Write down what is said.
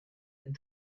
and